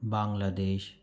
Bangladesh